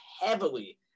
heavily